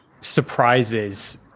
surprises